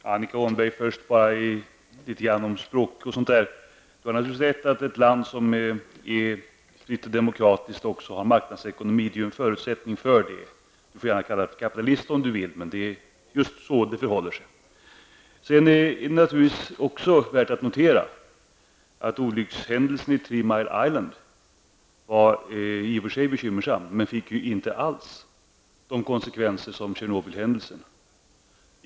Fru talman! Jag vill först till Annika Åhnberg säga något om språkbruk och annat. Hon har naturligtvis rätt i att ett land som är fritt och demokratiskt också har marknadsekonomi, det är ju en förutsättning för det, och hon får gärna kalla det kapitalistiskt, men det är ju så det förhåller sig. Det är naturligtvis också värt att notera att olyckshändelsen i Three Mile Island i och för sig var bekymmersam, men den fick ju inte alls de konsekvenser som Tjernobylolyckan.